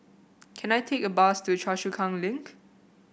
can I take a bus to Choa Chu Kang Link